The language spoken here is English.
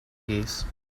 case